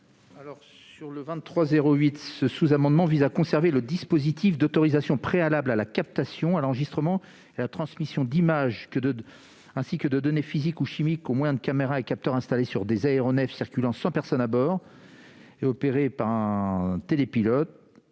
le rapporteur. Ce sous-amendement vise à conserver le dispositif d'autorisation préalable à la captation, à l'enregistrement et à la transmission d'images, ainsi que de données physiques ou chimiques, au moyen de caméras et capteurs installés sur des aéronefs circulant sans personne à bord et opérés par un télépilote,